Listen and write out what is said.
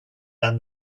than